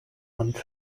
not